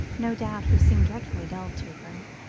no doubt we seem dreadfully dull to her.